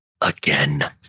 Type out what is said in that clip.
again